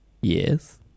Yes